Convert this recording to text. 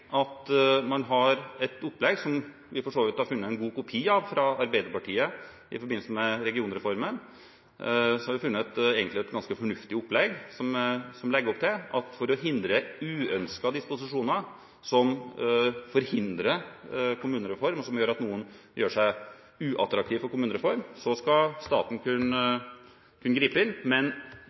at man har et opplegg – som vi for så vidt har funnet en god kopi av fra Arbeiderpartiet i forbindelse med regionreformen – som er ganske fornuftig, og som legger opp til at for å hindre uønskede disposisjoner, som forhindrer kommunereform, og som gjør at noen gjør seg uattraktive for kommunereform, skal staten kunne gripe inn. Men